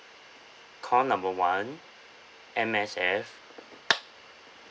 call number one M_S_F